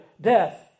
death